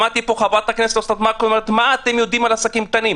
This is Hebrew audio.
שמעתי פה את חברת הכנסת אסנת מארק אומרת: מה אתם יודעים על עסקים קטנים?